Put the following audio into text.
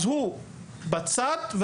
הוא בצד.